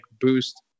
boost